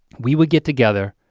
we would get together,